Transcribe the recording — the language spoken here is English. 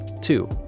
Two